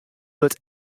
wurdt